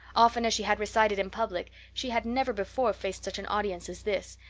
often as she had recited in public, she had never before faced such an audience as this,